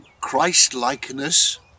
Christ-likeness